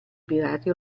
pirati